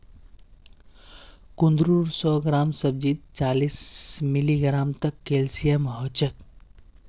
कुंदरूर सौ ग्राम सब्जीत चालीस मिलीग्राम तक कैल्शियम ह छेक